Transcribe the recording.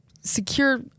secure